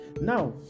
Now